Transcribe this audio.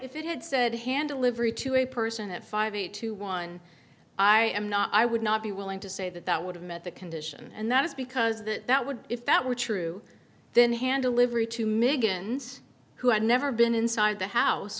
if it had said hand a livery to a person of five eight to one i am not i would not be willing to say that that would have met the condition and that is because that that would if that were true then hand a livery to michigan's who had never been inside the house